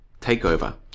takeover